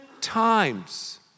times